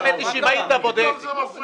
הבנייה החדשה, 91 מיליון שקלים, מדוע לא בוצע.